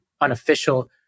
unofficial